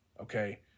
Okay